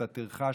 את הטרחה,